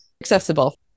accessible